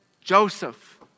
Joseph